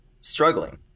struggling